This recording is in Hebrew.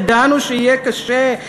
ידענו שיהיה קשה,